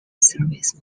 service